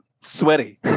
sweaty